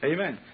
Amen